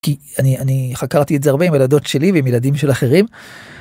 כי אני..אני..אני חקרתי את זה הרבה עם הילדות שלי ועם ילדים של אחרים.